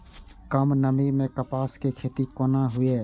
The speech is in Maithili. कम नमी मैं कपास के खेती कोना हुऐ?